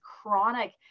chronic